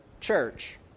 church